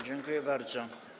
Dziękuję bardzo.